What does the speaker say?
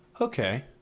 okay